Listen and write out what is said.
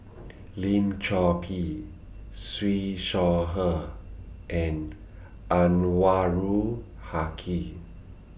Lim Chor Pee Siew Shaw Her and Anwarul Haque